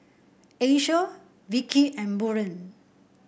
Asia Vikki and Buren